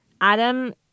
Adam